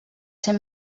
ser